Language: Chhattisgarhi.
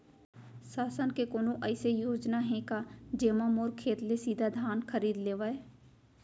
शासन के कोनो अइसे योजना हे का, जेमा मोर खेत ले सीधा धान खरीद लेवय?